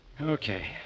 Okay